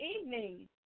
evening